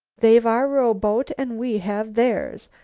they've our rowboat and we have theirs.